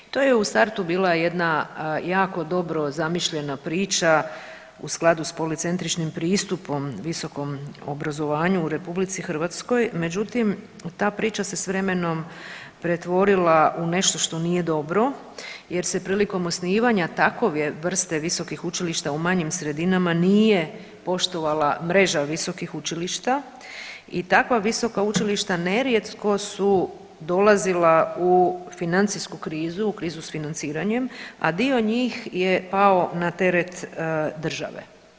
To je u startu bila jedna jako dobro zamišljena priča u skladu s policentričnim pristupom visokom obrazovanju u RH, međutim ta priča se s vremenom pretvorila u nešto što nije dobro jer se prilikom osnivanja takove vrste visokih učilišta u manjim sredinama nije poštovala mreža visokih učilišta i takva visoka učilišta nerijetko su dolazila u financijsku krizu, u krizu s financiranjem, a dio njih je pao na teret države.